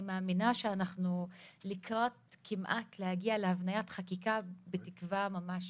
מאמינה שאנחנו לקראת כמעט להגיע להבניית חקיקה בתקווה ממש